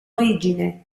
origine